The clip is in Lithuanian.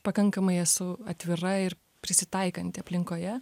pakankamai esu atvira ir prisitaikanti aplinkoje